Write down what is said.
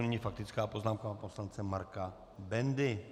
Nyní faktická poznámka pana poslance Marka Bendy.